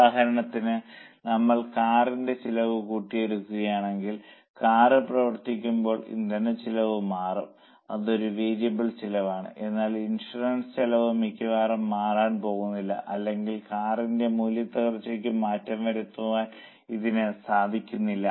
ഉദാഹരണത്തിന് നമ്മൾ കാറിന്റെ ചിലവ് കൂട്ടി എടുക്കുകയാണെങ്കിൽ കാറ് പ്രവർത്തിക്കുമ്പോൾ ഇന്ധനച്ചെലവ് മാറും അത് ഒരു വേരിയബിൾ ചെലവാണ് എന്നാൽ ഇൻഷുറൻസ് ചെലവ് മിക്കവാറും മാറാൻ പോകുന്നില്ല അല്ലെങ്കിൽ കാറിന്റെ മൂല്യത്തകർച്ചയ്ക്ക് മാറ്റം വരുത്താൻ ഇതിനു സാധിക്കുന്നില്ല